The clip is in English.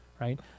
right